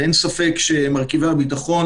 ואין לי ספק שמרכיבי הביטחון,